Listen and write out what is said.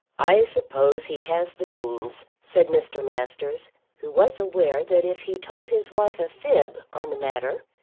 i suppose he has the means, said mr. masters, who was aware that if he told his wife a fib on the matter,